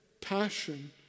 passion